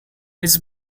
his